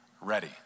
ready